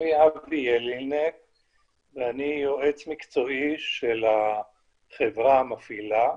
אני יועץ מקצועי של החברה המפעילה.